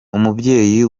umubyeyi